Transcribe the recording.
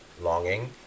longing